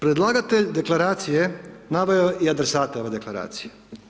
Predlagatelj Deklaracije naveo je i adresata ove Deklaracije.